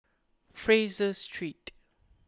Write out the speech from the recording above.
Fraser Street